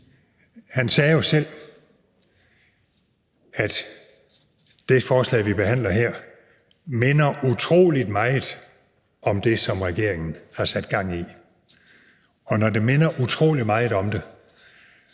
Han sagde jo selv, at det forslag, vi behandler her, minder utrolig meget om det, som regeringen har sat gang i. Og når det minder utrolig meget om det,